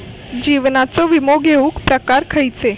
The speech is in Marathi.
जीवनाचो विमो घेऊक प्रकार खैचे?